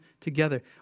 together